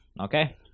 Okay